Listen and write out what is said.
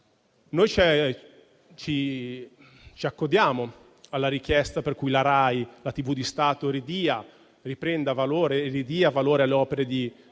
ci accodiamo alla richiesta affinché la RAI, la TV di Stato, riprenda e ridia valore alle opere di